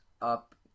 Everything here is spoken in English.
up